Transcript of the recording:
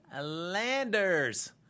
Landers